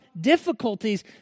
difficulties